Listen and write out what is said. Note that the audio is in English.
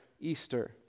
Easter